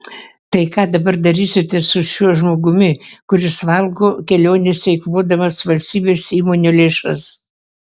tai ką dabar darysite su šiuo žmogumi kuris valgo kelionėse eikvodamas valstybės įmonių lėšas